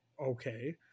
okay